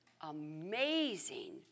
amazing